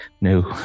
No